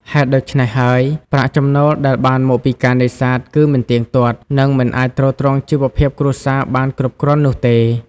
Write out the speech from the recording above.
ហេតុដូច្នេះហើយ ប្រាក់ចំណូលដែលបានមកពីការនេសាទគឺមិនទៀងទាត់ និងមិនអាចទ្រទ្រង់ជីវភាពគ្រួសារបានគ្រប់គ្រាន់នោះទេ។